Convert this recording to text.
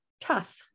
tough